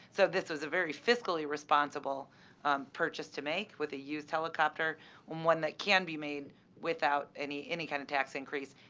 so this was a very fiscally responsible purchase to make with a used helicopter, and one that can be made without any any kind of tax increase.